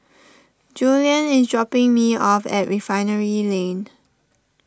Julianne is dropping me off at Refinery Lane